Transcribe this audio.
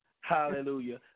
Hallelujah